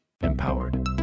Empowered